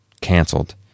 canceled